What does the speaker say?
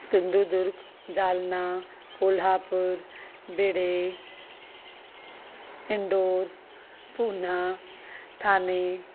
Sindhu Durg Jalna Kolhapur Beed Indore Poona Thane